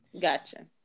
Gotcha